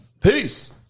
Peace